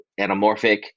anamorphic